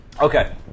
Okay